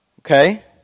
Okay